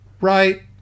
right